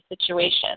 situation